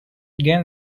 again